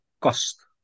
cost